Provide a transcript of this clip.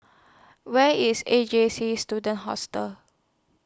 Where IS A J C Student Hostel